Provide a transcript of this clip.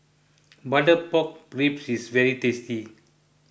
Butter Pork Ribs is very tasty